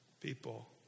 people